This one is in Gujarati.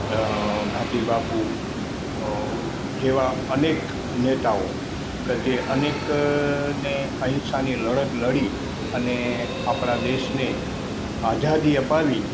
અં ગાંધીબાપુ અં જેવા અનેક નેતાઓ કે જે અનેકને અહિંસાની લડત લડી અને આપણા દેશને આઝાદી અપાવી